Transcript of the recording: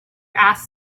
ask